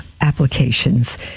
applications